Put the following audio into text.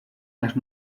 las